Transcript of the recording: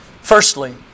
firstly